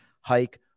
hike